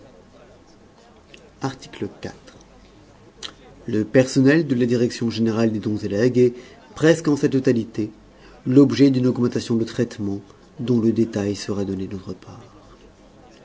article le personnel de la direction générale des dons et legs est presque en sa totalité l'objet d'une augmentation de traitement dont le détail sera donné d'autre part